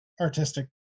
artistic